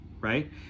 right